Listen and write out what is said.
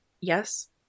Yes